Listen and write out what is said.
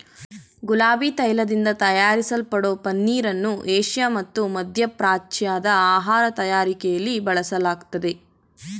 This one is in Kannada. ಗುಲಾಬಿ ತೈಲದಿಂದ ತಯಾರಿಸಲ್ಪಡೋ ಪನ್ನೀರನ್ನು ಏಷ್ಯಾ ಮತ್ತು ಮಧ್ಯಪ್ರಾಚ್ಯದ ಆಹಾರ ತಯಾರಿಕೆಲಿ ಬಳಸಲಾಗ್ತದೆ